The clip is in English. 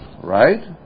Right